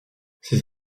ses